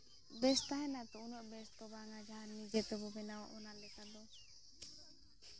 ᱵᱮᱥ ᱛᱟᱦᱮᱱᱟ ᱛᱚ ᱩᱱᱟᱹᱜ ᱵᱮᱥ ᱫᱚ ᱵᱟᱝᱼᱟ ᱡᱟᱦᱟᱸ ᱱᱤᱡᱮᱛᱮᱵᱚᱱ ᱵᱮᱱᱟᱣᱟ ᱚᱱᱟ ᱞᱮᱠᱟ ᱫᱚ